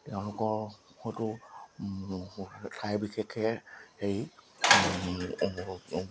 তেওঁলোকৰ হয়তো ঠাই বিশেষে হেৰি